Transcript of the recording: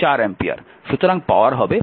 সুতরাং পাওয়ার হবে 5 4